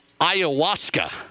ayahuasca